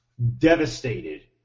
devastated